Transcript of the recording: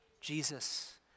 Jesus